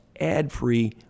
ad-free